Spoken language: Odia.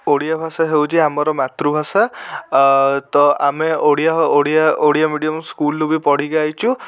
ଓଡ଼ିଆ ଭାଷା ହେଉଛି ଆମର ମାତୃଭାଷା ତ ଆମେ ଓଡ଼ିଆ ଓଡ଼ିଆ ଓଡ଼ିଆ ମିଡ଼ିୟମ୍ ସ୍କୁଲ୍ରୁ ବି ପଢ଼ିକି ଆଇଛୁ